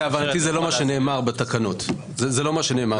מבחינתי זה לא מה שנאמר בתקנות, זה לא מה שנאמר.